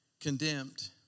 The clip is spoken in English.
condemned